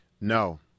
No